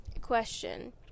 Question